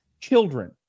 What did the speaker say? Children